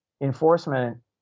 Enforcement